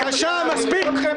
באמת --- מספיק,